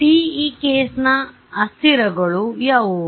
TE ಕೇಸ್ನ ಅಸ್ಥಿರಗಳು ಯಾವುವು